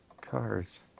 Cars